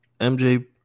MJ